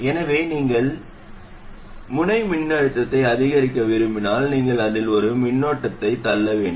எனவே நீங்கள் முனை மின்னழுத்தத்தை அதிகரிக்க விரும்பினால் நீங்கள் அதில் ஒரு மின்னோட்டத்தை தள்ள வேண்டும்